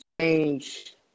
change